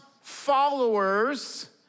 followers